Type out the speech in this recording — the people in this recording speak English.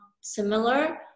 similar